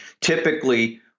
typically